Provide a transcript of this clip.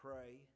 pray